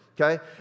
okay